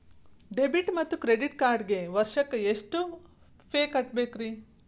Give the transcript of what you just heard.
Debit ಮತ್ತು credit ಕಾರ್ಡ್ಗೆ ವರ್ಷಕ್ಕ ಎಷ್ಟ ಫೇ ಕಟ್ಟಬೇಕ್ರಿ?